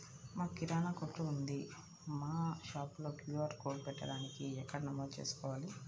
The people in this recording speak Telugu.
మాకు కిరాణా కొట్టు ఉంది మా షాప్లో క్యూ.ఆర్ కోడ్ పెట్టడానికి ఎక్కడ నమోదు చేసుకోవాలీ?